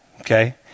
Okay